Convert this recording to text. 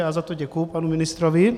Já za to děkuji panu ministrovi.